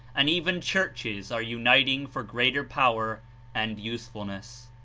and even churches are uniting for greater power and usefulness.